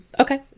Okay